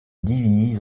divise